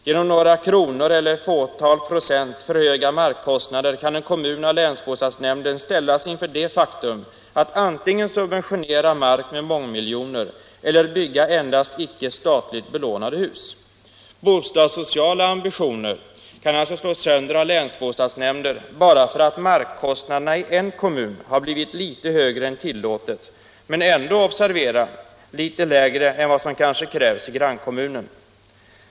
Genom några kronor eller ett fåtal procent för höga markkostnader kan en kommun av länsbostadsnämnden ställas inför det faktum att den tvingas antingen subventionera mark eller bygga endast icke statligt belånade hus. Bostadssociala ambitioner kan alltså slås sönder av länsbostadsnämnder bara därför att markkostnaderna i en kommun har blivit litet högre än tillåtet, men ändå — observera det — kanske är litet lägre än vad som tillåts i grannkommunen.